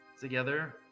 together